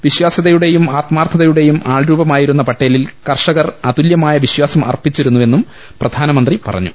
വിശ്വാസ്യതയുടെയും ആത്മാർത്ഥതയുടെയും ആൾരൂപമായിരുന്ന പട്ടേലിൽ കർഷകർ അതുല്യമായ വിശ്വാസം അർപ്പിച്ചിരുന്നു വെന്നും പ്രധാനമന്ത്രി പറഞ്ഞു